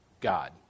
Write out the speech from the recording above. God